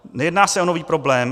Nejedná se o nový problém.